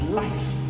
life